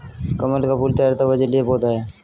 कमल का फूल तैरता हुआ जलीय पौधा है